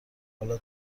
حالا